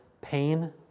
pain